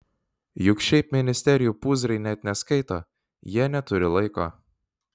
juk šiaip ministerijų pūzrai net neskaito jie neturi laiko